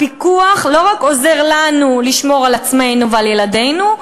הפיקוח לא רק עוזר לנו לשמור על עצמנו ועל ילדינו,